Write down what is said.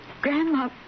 Grandma